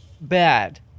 bad